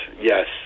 yes